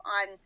on